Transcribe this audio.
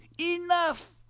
Enough